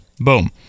Boom